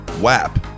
WAP